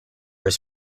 his